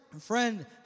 friend